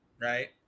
right